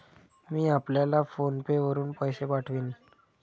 मी आपल्याला PhonePe वरुन पैसे पाठवीन